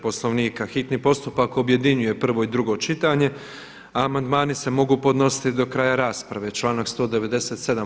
Poslovnika hitni postupak objedinjuje prvo i drugo čitanje, a amandmani se mogu podnositi do kraja rasprave, članak 197.